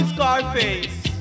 Scarface